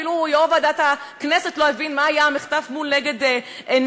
אפילו יושב-ראש ועדת הכנסת לא הבין מה היה המחטף לנגד עיניו.